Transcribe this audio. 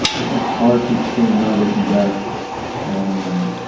it's hard to explain now, looking back at, um,